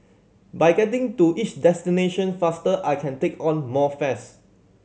by getting to each destination faster I can take on more fares